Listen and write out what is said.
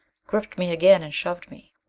gripped me again and shoved me.